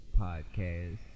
Podcast